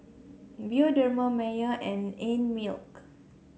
Bioderma Mayer and Einmilk